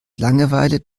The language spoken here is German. langeweile